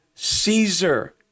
caesar